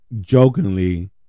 jokingly